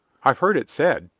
i've heard it said,